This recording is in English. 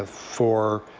for